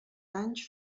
anys